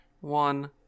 one